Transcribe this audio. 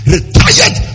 Retired